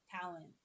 talent